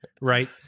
right